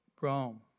Rome